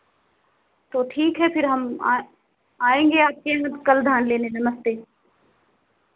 तो ठीक है फिर हम आएं आएंगे आपके यहाँ कल धान लेने नमस्ते